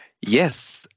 Yes